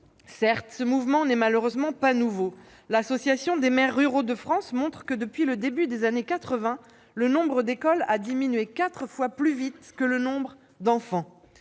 Certes, ce mouvement n'est malheureusement pas nouveau- l'Association des maires ruraux de France montre que, depuis le début des années 1980, le nombre d'écoles a diminué quatre fois plus vite que le nombre d'enfants.